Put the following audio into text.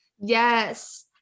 Yes